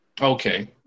Okay